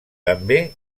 també